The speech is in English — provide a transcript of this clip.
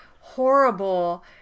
horrible